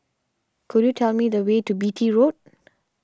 could you tell me the way to Beatty Road